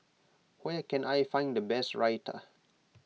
where can I find the best Raita